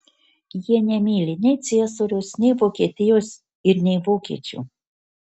jie nemyli nei ciesoriaus nei vokietijos ir nei vokiečių